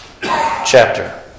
chapter